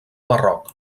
barroc